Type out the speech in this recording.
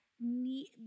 need